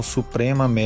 Suprema